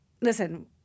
listen